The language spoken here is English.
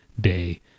Day